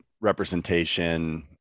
representation